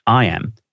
IAM